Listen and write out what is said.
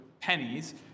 pennies